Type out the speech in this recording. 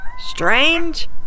strange